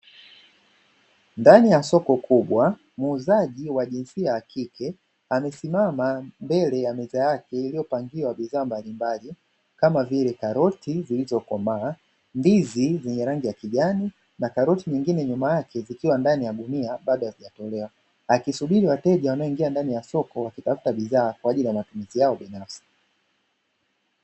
Ndani ya soko kubwa muuzaji wa jinsia ya kike amesimama mbele ya meza yake iliyopangiwa bidhaa mbalimbali kama vile karoti zilizokomaa, ndizi zenye rangi ya kijani na karoti nyingine nyuma yake zikiwa ndani ya gunia bado hazijatolewa. Akisubiri wateja wanaoingia ndani ya soko kutafuta bidhaa kwa ajili ya matumizi yao binafsi.